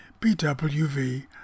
BWV